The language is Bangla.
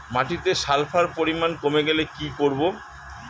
মাটিতে সালফার পরিমাণ কমে গেলে কি করব?